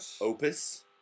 opus